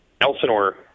Elsinore